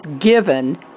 given